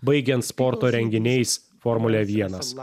baigiant sporto renginiais formule vienas